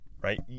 right